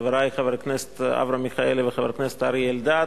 חברי חבר הכנסת אברהם מיכאלי וחבר הכנסת אריה אלדד.